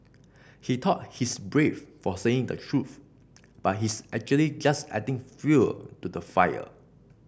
he thought he's brave for saying the truth but he's actually just adding fuel to the fire